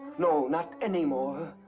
no, not anymore.